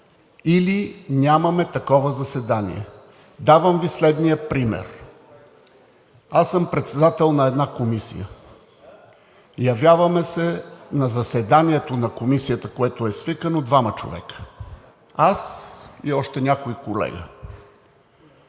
или нямаме такова заседание? Давам Ви следния пример: аз съм председател на една комисия. На заседанието на комисията, което е свикано, се явяваме двама човека – аз и още някой колега.